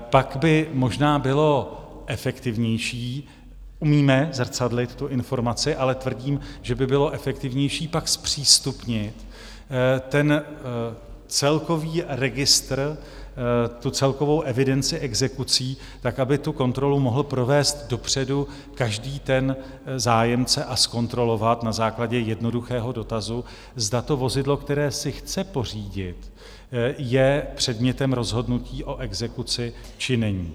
Pak by možná bylo efektivnější umíme zrcadlit tu informaci, ale tvrdím, že by bylo efektivnější pak zpřístupnit ten celkový registr, celkovou evidenci exekucí tak, aby kontrolu mohl provést dopředu každý zájemce a zkontrolovat na základě jednoduchého dotazu, zda vozidlo, které si chce pořídit, je předmětem rozhodnutí o exekuci, či není.